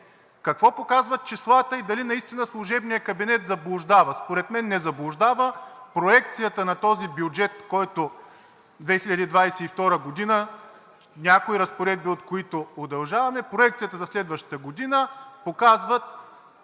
Какво показват числата и дали наистина служебният кабинет заблуждава? Според мен не заблуждава, проекцията на този бюджет 2022 г., някои разпоредби от който удължаваме, проекцията за следващата година показва